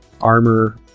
armor